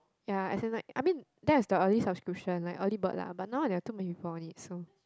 ya as in like I mean that is the early subscription like early bird lah but now there are too many people on it so